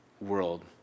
world